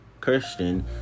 Christian